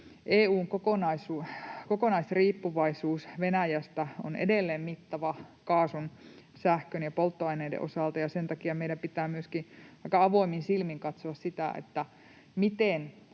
EU:n kokonaisriippuvaisuus Venäjästä on edelleen mittava kaasun, sähkön ja polttoaineiden osalta, ja sen takia meidän pitää myöskin aika avoimin silmin katsoa sitä,